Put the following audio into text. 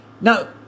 Now